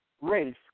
Race